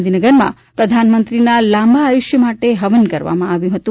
ગાંધીનગરમાં પ્રધાનમંત્રીના લાંબા આયુષ્ય માટે હવન કરવામાં આવ્યું હતું